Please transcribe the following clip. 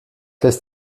lässt